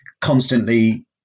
constantly